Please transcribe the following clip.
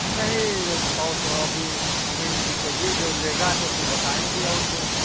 नहीं और तो अभी हमें ही चाहिए जो लेगा तो फिर बताएंगे और को